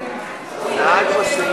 לא, אל תגיד,